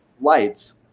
lights